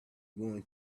going